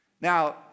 Now